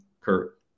Kurt